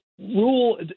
rule